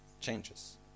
changes